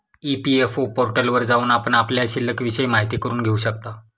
EPFO पोर्टलवर जाऊन आपण आपल्या शिल्लिकविषयी माहिती करून घेऊ शकता